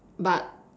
but